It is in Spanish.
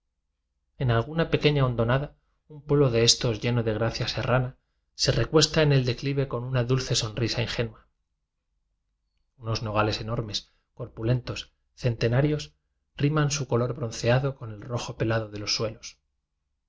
en al guna pequeña hondonada un pueblo de es tos lleno de gracia serrana se recuesta en el declive con una dulce so nrisa ingenua unos nogales enormes corpulentos cente narios riman su color bronceado con el rojo pelado de los suelos